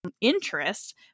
interest